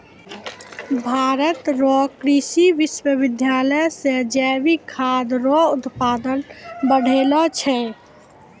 भारत रो कृषि विश्वबिद्यालय से जैविक खाद रो उत्पादन बढ़लो छै